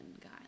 guy